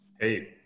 Hey